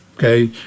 Okay